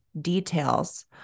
details